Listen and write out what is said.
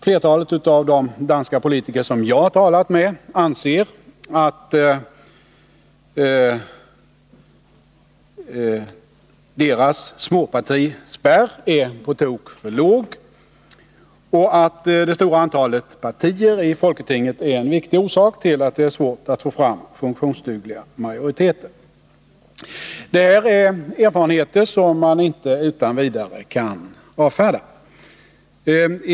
Flertalet av de danska politiker som jag har talat med anser att denna småpartispärr är på tok för låg, och att det stora antalet partier i folketinget är en viktig orsak till att det är svårt att få fram funktionsdugliga majoriteter. Detta är erfarenheter som man inte utan vidare kan avfärda.